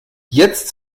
jetzt